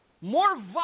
more